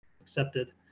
accepted